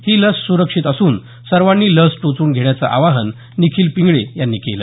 ही लस सुरक्षित असून सर्वांनी लस टोचून घेण्याचं आवाहन निखील पिंगळे यांनी केलं